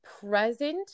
present